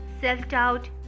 self-doubt